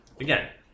Again